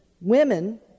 Women